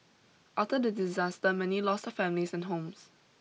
after the disaster many lost their families and homes